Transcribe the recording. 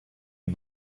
die